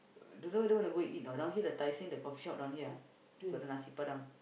d~ do you wanna go eat or not down here the Tai Seng the coffeeshop down here ah got the nasi-padang